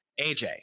AJ